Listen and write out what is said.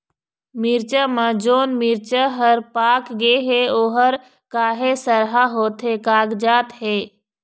मिरचा म जोन मिरचा हर पाक गे हे ओहर काहे सरहा होथे कागजात हे?